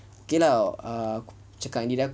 okay lah cakap dengan diri